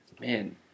man